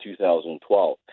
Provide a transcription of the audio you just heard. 2012